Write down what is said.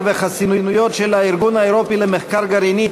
וחסינויות של הארגון האירופי למחקר גרעיני,